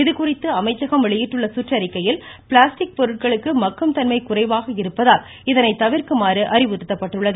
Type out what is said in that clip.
இதுகுறித்து அமைச்சகம் வெளியிட்டுள்ள சுற்றறிக்கையில் பிளாஸ்டிக் பொருட்களுக்கு மக்கும் தன்மை குறைவாக இருப்பதால் இதனை தவிர்க்குமாறு அறிவுறுத்தப்பட்டுள்ளது